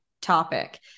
topic